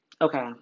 Okay